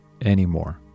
anymore